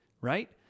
right